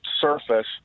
surface